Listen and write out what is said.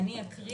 אני אקרא